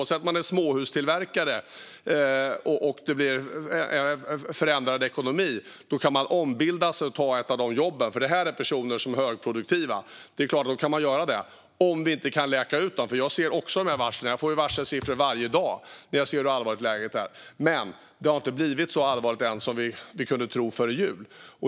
En småhustillverkare kan om ekonomin förändras omskola sig och ta ett av dessa jobb, för det handlar om personer som är högproduktiva. Det bästa är förstås om vi kan läka ut det. Jag får varselsiffror varje dag där jag ser hur allvarligt läget är. Men det har inte blivit så allvarligt än som vi trodde före jul.